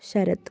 Sarath